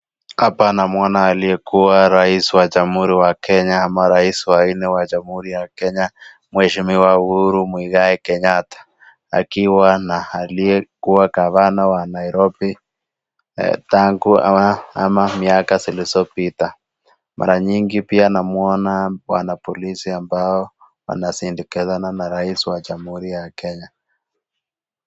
Hapa na mwona rais aliyekuwa rais wa jamuhuri ya Kenya ama rais wa inne wa jamuhuri ya Kenya, mweshimiwa Uhuru Muigai Kenyatta, akiwa na haliyekuwa gavana wa Nairobi, tangu ama, miaka zilizopita, mara mingi pia namwona wanapolisi ambao wana sindikizana na rais wa jamuhuri ya Kenya.